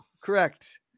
Correct